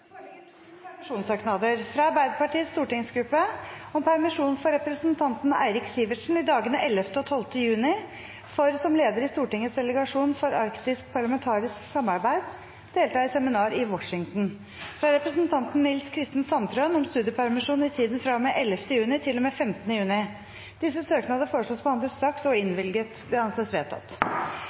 foreligger to permisjonssøknader: fra Arbeiderpartiets stortingsgruppe om permisjon for representanten Eirik Sivertsen i dagene 11. og 12. juni for, som leder i Stortingets delegasjon for arktisk parlamentarisk samarbeid, å delta i seminar i Washington fra representanten Nils Kristen Sandtrøen om studiepermisjon i tiden fra og med 11. juni til og med 15. juni Disse søknadene foreslås behandlet straks og innvilget. – Det anses vedtatt.